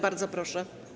Bardzo proszę.